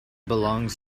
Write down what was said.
belongs